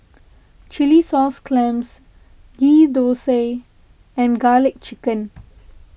Chilli Sauce Clams Ghee Thosai and Garlic Chicken